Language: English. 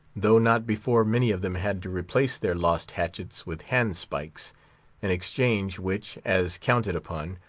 though not before many of them had to replace their lost hatchets with handspikes an exchange which, as counted upon,